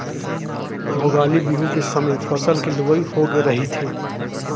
भोगाली बिहू के समे फसल के लुवई होगे रहिथे